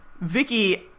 Vicky